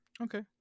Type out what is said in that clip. Okay